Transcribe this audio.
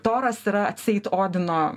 toras yra atseit odino